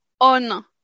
on